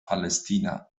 palästina